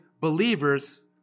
believers